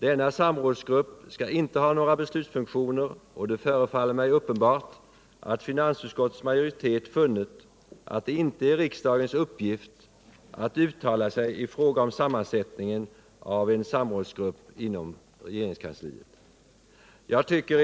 Denna samrådsgrupp skall inte ha några beslutsfunktioner, och det förefaller mig uppenbart att finansutskottets majoritet funnit att det inte är riksdagens uppgift att uttala sig i fråga om sammansättningen av en samrådsgrupp inom regeringskansliet.